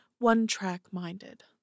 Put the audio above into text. One-track-minded